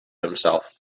himself